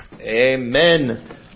Amen